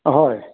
হয়